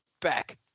back